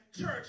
Church